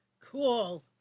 Cool